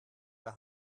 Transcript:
der